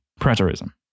Preterism